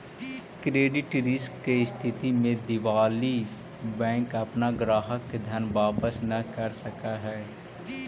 credit risk के स्थिति में दिवालि बैंक अपना ग्राहक के धन वापस न कर सकऽ हई